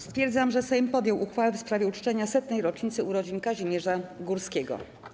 Stwierdzam, że Sejm podjął uchwałę w sprawie uczczenia 100. rocznicy urodzin Kazimierza Górskiego.